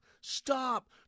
Stop